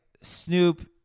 Snoop